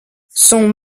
son